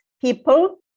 people